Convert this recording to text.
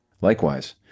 likewise